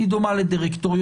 היא דומה לדירקטוריון,